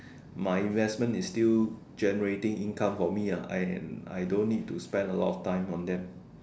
my investment is still generating income for me ah and I don't need to spend a lot of time on them